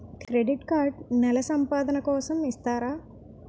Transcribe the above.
Credit card నెల సంపాదన కోసం ఇస్తారా?